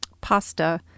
pasta